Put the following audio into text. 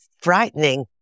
frightening